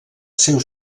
seu